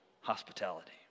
hospitality